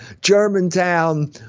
Germantown